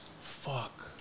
Fuck